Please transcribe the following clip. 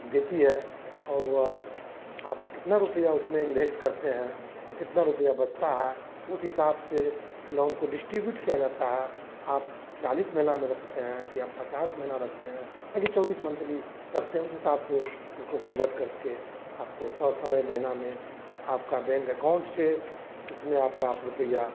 देती है और वह आप कितना रुपये उसमें इन्वेश्ट करते हैं और कितना रुपया बचता है उस हिसाब से लोन को डिश्ट्रीब्यूट किया जाता है आप चालीस महीना में रखते हैं कि आप पचास महीना रखते हैं या कि चौबीस मंथली रखते हैं उस हिसाब से उसको कन्वर्ट करके आपको सौ समय महीना में आपका बैंक अकाउन्ट से उसमें आपका आप रुपैया